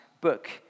book